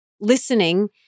listening